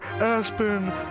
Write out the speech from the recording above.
Aspen